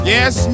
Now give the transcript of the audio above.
Yes